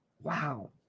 Wow